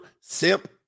simp